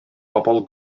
bobl